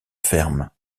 ferme